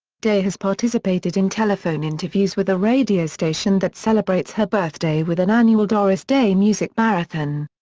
day has participated in telephone interviews with a radio station that celebrates her birthday with an annual doris day music marathon.